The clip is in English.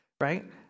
right